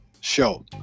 show